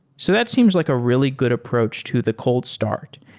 so that seems like a really good approach to the cold start.